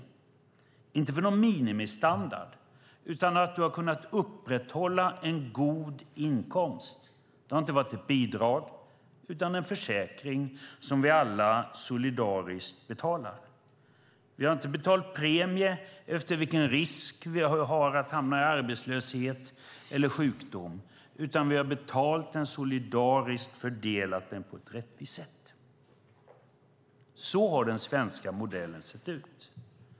Det har inte handlat om en minimistandard, utan man har kunnat upprätthålla en god inkomst. Det har inte varit ett bidrag, utan en försäkring som vi alla solidariskt betalar. Vi har inte betalat premien efter vilken risk vi har att hamna i arbetslöshet eller sjukdom. Vi har betalat den solidariskt och fördelat den på ett rättvist sätt. Så har den svenska modellen sett ut.